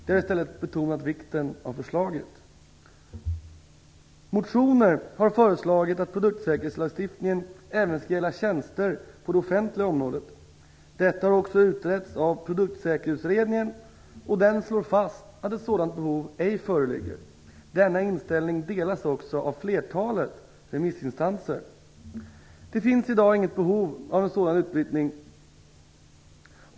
De har i stället betonat vikten av förslaget. Motioner har föreslagit att produktsäkerhetslagstiftningen även skall gälla tjänster på det offentliga området. Detta har också utretts av Produktsäkerhetsutredningen. Den slår fast att ett sådant behov ej föreligger. Denna inställning delas också av flertalet remissinstanser. Det finns i dag inget behov av en sådan utvidgning.